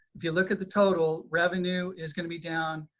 if you look at the total revenue is gonna be down,